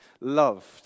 loved